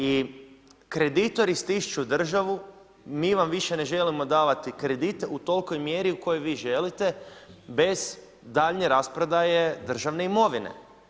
I kreditori stišću državu, mi vam više ne želimo davati kredit u tolikoj mjeri u kojoj vi želite, bez daljnje rasprodaje državne imovine.